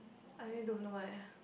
I really don't know eh